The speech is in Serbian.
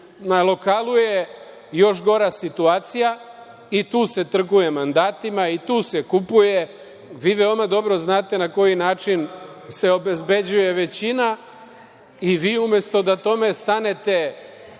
lokalu je još gora situacija i tu se trguje mandatima i tu se kupuje. Vi veoma dobro znate na koji način se obezbeđuje većina i vio umesto da tome stanete,